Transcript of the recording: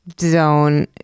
zone